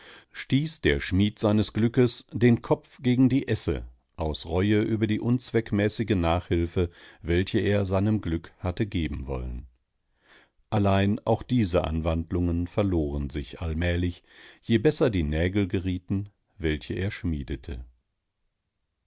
stieß der schmied seines glückes den kopf gegen die esse aus reue über die unzweckmäßige nachhilfe welche er seinem glück hatte geben wollen allein auch diese anwandlungen verloren sich allmählich je besser die nägel gerieten welche er schmiedete